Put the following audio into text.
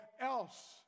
else